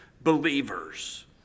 believers